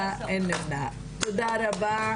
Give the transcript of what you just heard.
רבה,